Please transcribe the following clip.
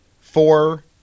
four